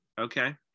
Okay